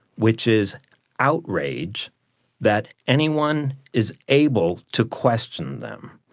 which is outrage that anyone is able to question them.